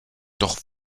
doch